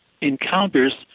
encounters